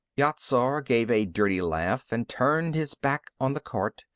yat-zar gave a dirty laugh and turned his back on the cart,